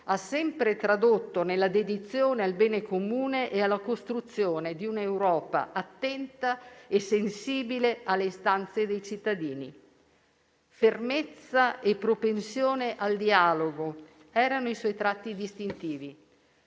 ha sempre tradotto nella dedizione al bene comune e alla costruzione di un'Europa attenta e sensibile alle istanze dei cittadini. Fermezza e propensione al dialogo erano i suoi tratti distintivi.